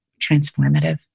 transformative